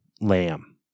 lamb